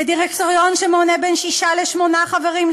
בדירקטוריון שמונה בין שישה לשמונה חברים,